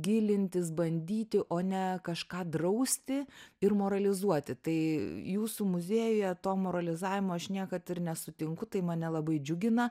gilintis bandyti o ne kažką drausti ir moralizuoti tai jūsų muziejuje to moralizavimo aš niekad ir nesutinku tai mane labai džiugina